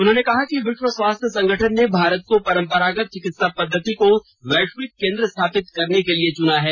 उन्होंने कहा कि विश्व स्वास्थ्य संगठन ने भारत को परंपरागत चिकित्सा पद्धति को वैश्विक केंद्र स्थापित करने के लिए चुना है